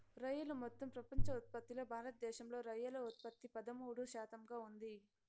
రొయ్యలు మొత్తం ప్రపంచ ఉత్పత్తిలో భారతదేశంలో రొయ్యల ఉత్పత్తి పదమూడు శాతంగా ఉంది